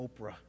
Oprah